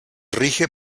rige